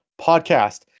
podcast